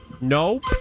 Nope